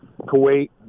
kuwait